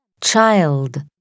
Child